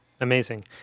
Amazing